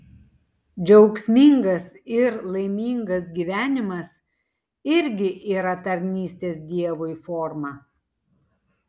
džiaugsmingas ir laimingas gyvenimas irgi yra tarnystės dievui forma